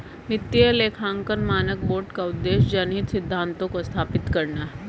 वित्तीय लेखांकन मानक बोर्ड का उद्देश्य जनहित सिद्धांतों को स्थापित करना है